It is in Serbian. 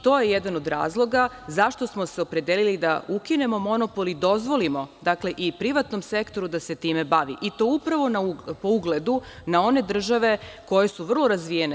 To je jedan od razloga zašto smo se opredelili da ukinemo monopol i dozvolimo i privatnom sektoru da se time bavi i to upravo po ugledu na one države koje su vrlo razvijene.